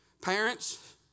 Parents